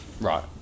Right